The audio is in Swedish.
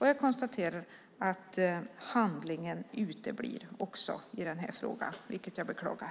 Jag konstaterar att handlingen uteblir också i den här frågan, vilket jag beklagar.